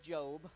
Job